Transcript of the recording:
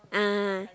ah